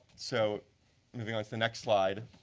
so moving on to the next slide,